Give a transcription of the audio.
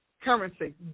currency